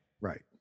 Right